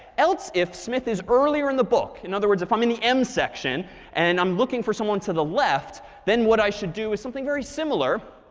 else if smith is earlier in the book in other words, if i'm in the m section and i'm looking for someone to the left, then what i should do is something very similar.